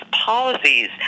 policies